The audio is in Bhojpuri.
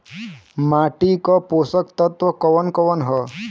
माटी क पोषक तत्व कवन कवन ह?